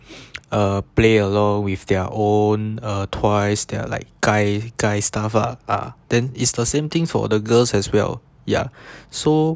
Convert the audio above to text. err play along with their own uh toys there are like their guys guy stuff lah uh then is the same thing for the girls as well ya so